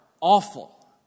awful